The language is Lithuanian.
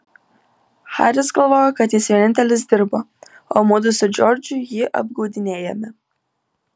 haris galvojo kad jis vienintelis dirba o mudu su džordžu jį apgaudinėjame